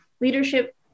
leadership